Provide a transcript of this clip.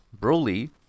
Broly